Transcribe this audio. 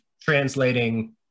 translating